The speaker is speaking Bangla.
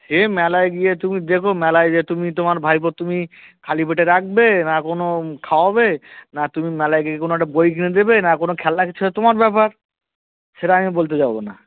সে মেলায় গিয়ে তুমি দেখো মেলায় গিয়ে তুমি তোমার ভাইপো তুমি খালি পেটে রাখবে না কোনও খাওয়াবে না তুমি মেলায় গিয়ে কোনও একটা বই কিনে দেবে না কোনও খেলনা কিছু তোমার ব্যাপার সেটা আমি বলতে যাবো না